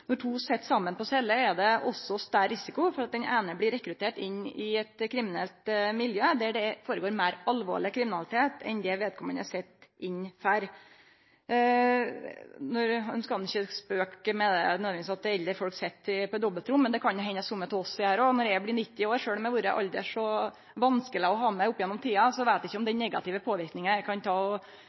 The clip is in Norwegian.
Når to sit saman på éi celle, er det større risiko for at den eine blir rekruttert inn i eit kriminelt miljø der det føregår meir alvorleg kriminalitet enn det vedkommande sit inne for. Ein skal ikkje spøkje med at eldre folk bur på dobbeltrom, og det kan jo hende at somme av oss også kjem til å gjere det. Når eg blir 90 år, veit eg ikkje om den negative påverknaden eg kan ha på naboen – sjølv om eg har vore aldri så vanskeleg å ha med å